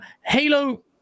Halo